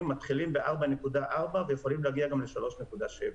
שמתחילים ב-4.4 ויכולים להגיע גם ל-3.7,